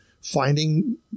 finding